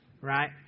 right